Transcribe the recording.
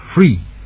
free